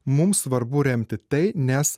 mums svarbu remti tai nes